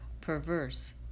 perverse